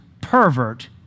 pervert